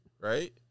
right